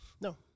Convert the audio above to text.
No